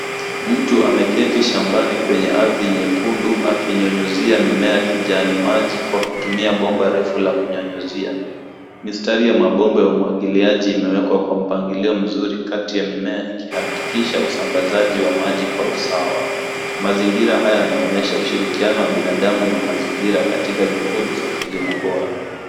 Mtu ameketi shambani kwenye ardhi nyekundu akinyunyizia mimea kijani maji kwa kutumia bomba refu la kunyunyizia. Mistari ya mabomba ya umwagiliaji imewekwa kwa mpangilio mzuri kati ya mimea ikihakikisha usambazaji wa maji kwa usawa. Mazingira haya yanaonyesha ushirikiano wa binadamu na mazingira katika juhudi za kilimo bora.